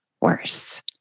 worse